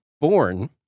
Born